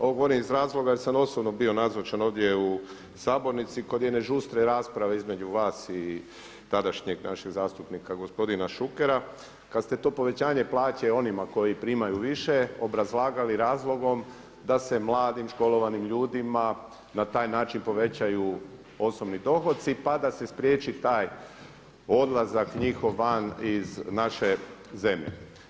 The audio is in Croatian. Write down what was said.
Ovo govorim iz razloga jer sam osobno bio nazočan ovdje u sabornici kod jedne žustre rasprave između vas i tadašnjem našeg zastupnika gospodina Šukera kad ste to povećanje plaće onima koji primaju više obrazlagali razlogom da se mladim, školovanim ljudima na taj način povećaju osobni dohodci pa da se spriječi taj odlazak njihov van iz naše zemlje.